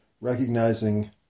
recognizing